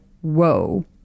whoa